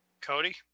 Cody